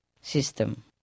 system